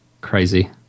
Crazy